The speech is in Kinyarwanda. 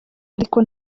ariko